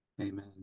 Amen